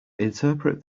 interpret